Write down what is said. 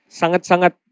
sangat-sangat